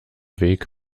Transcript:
weg